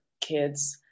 kids